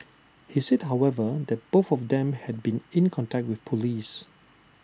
he said however that both of them had been in contact with Police